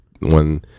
one